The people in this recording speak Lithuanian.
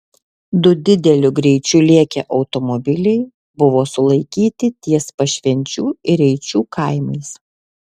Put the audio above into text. du dideliu greičiu lėkę automobiliai buvo sulaikyti ties pašvenčių ir eičių kaimais